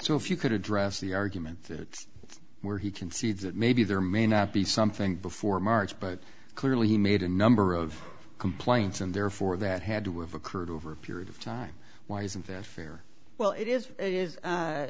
so if you could address the argument that it's where he concedes that maybe there may not be something before march but clearly he made a number of complaints and therefore that had to have occurred over a period of time why isn't this fair well it is it